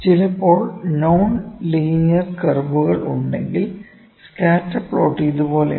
ചിലപ്പോൾ non linear കർവുകൾ ഉണ്ടെങ്കിൽ സ്കാറ്റർ പ്ലോട്ട് ഇതുപോലെയാണ്